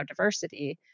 biodiversity